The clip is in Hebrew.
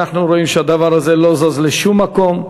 אנחנו רואים שהדבר הזה לא זז לשום מקום.